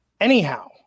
Anyhow